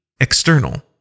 External